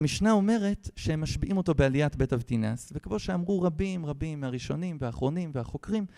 המשנה אומרת שהם משפיעים אותו בעליית בית אבטינס וכמו שאמרו רבים רבים מהראשונים והאחרונים והחוקרים